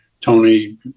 Tony